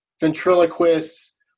Ventriloquists